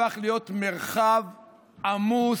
הפך להיות מרחב עמוס,